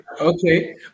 okay